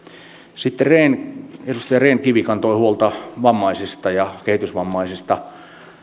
sitten edustaja rehn kivi kantoi huolta vammaisista kehitysvammaisista